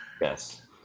yes